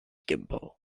gimpo